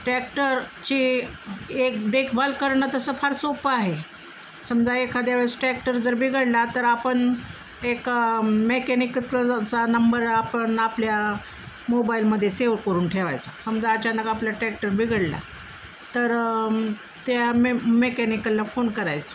टॅक्टरची एक देखभाल करणं तसं फार सोपं आहे समजा एखाद्या वेळेस टॅक्टर जर बिघडला तर आपण एक मेकॅनिकलाचा नंबर आपण आपल्या मोबाईलमध्ये सेव्ह करून ठेवायचा समजा अचानक आपला टॅक्टर बिघडला तर त्यामध्ये मेकॅनिकला फोन करायचं